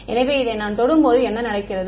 எனவே இதை நான் தொடும்போது என்ன நடக்கிறது